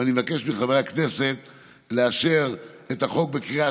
ואני מבקש מחברי הכנסת לאשר את החוק בקריאה